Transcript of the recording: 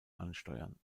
ansteuern